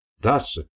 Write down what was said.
Thus